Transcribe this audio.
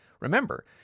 Remember